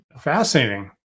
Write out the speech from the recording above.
Fascinating